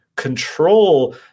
Control